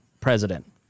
president